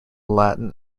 latin